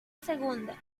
segunda